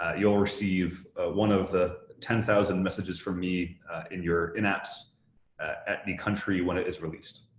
ah you'll receive one of the ten thousand messages from me in your in apps at the country when it is released,